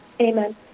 Amen